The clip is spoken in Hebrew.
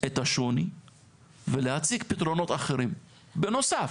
את השוני ולהציג פתרונות אחרים בנוסף.